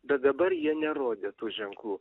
bet dabar jie nerodė tų ženklų